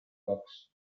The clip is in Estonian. kaks